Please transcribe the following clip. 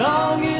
Long